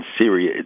Syria